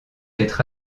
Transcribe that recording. être